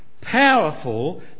powerful